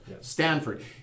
Stanford